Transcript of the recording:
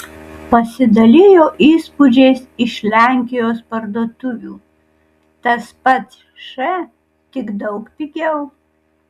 pasidalijo įspūdžiais iš lenkijos parduotuvių tas pats š tik daug pigiau